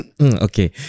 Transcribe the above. Okay